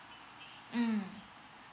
mm